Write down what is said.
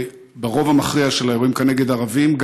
הרוב המכריע של האירועים הוא כנגד ערבים,